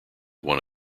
won